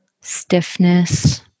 stiffness